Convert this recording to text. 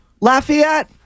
Lafayette